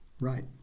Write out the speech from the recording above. Right